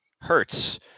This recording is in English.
hurts